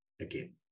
again